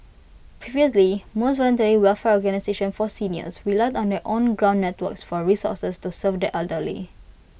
previously most voluntary welfare organisations for seniors relied on their own ground networks for resources to serve the elderly